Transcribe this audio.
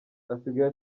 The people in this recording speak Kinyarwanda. asigaye